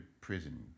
prison